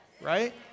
right